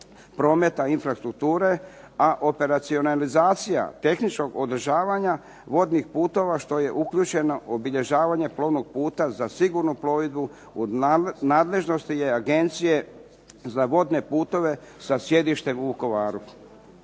prometa i infrastrukture, a operacionalizacija tehničkog održavanja vodnih putova, što je uključeno obilježavanje vodnog puta za sigurnu plovidbu u nadležnosti je Agencije za vodne putove sa sjedištem u Vukovaru.